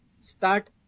start